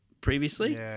previously